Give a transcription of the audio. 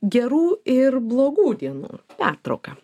gerų ir blogų dienų pertrauka